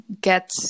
get